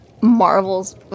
Marvel's